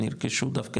ירכשו דווקא,